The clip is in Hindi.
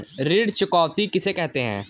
ऋण चुकौती किसे कहते हैं?